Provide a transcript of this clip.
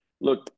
Look